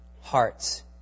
hearts